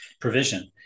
provision